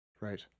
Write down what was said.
Right